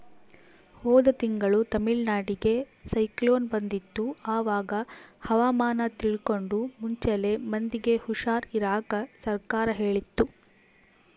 ಹೋದ ತಿಂಗಳು ತಮಿಳುನಾಡಿಗೆ ಸೈಕ್ಲೋನ್ ಬಂದಿತ್ತು, ಅವಾಗ ಹವಾಮಾನ ತಿಳ್ಕಂಡು ಮುಂಚೆಲೆ ಮಂದಿಗೆ ಹುಷಾರ್ ಇರಾಕ ಸರ್ಕಾರ ಹೇಳಿತ್ತು